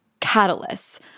catalysts